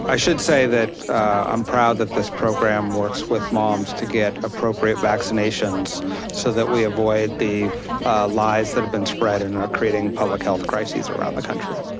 should say that i'm proud that this program works with moms to get appropriate vaccinations so that we avoid the lies that have been spread and are creating public health crises around the country.